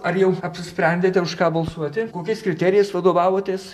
ar jau apsisprendėte už ką balsuoti kokiais kriterijais vadovavotės